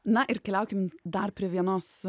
na ir keliaukim dar prie vienos